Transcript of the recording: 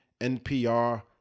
NPR